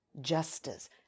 justice